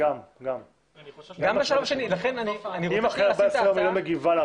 אם אחרי 14 ימים היא לא מגיבה,